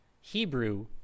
Hebrew